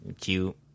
cute